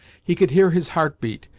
he could hear his heart beat,